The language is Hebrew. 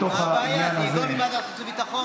שיידון בוועדת החוץ והביטחון.